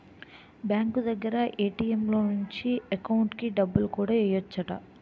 bank దగ్గర ATM లో నుంచి ఎకౌంటుకి డబ్బులు కూడా ఎయ్యెచ్చట